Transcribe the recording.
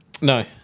No